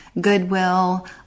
Goodwill